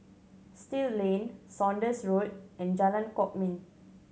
Still Lane Saunders Road and Jalan Kwok Min